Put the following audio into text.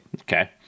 Okay